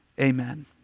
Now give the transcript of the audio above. Amen